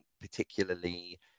particularly